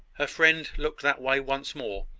her friend looked that way once more,